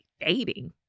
dating